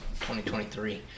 2023